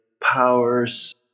powers